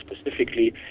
specifically